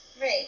right